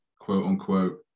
quote-unquote